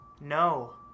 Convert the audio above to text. No